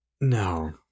No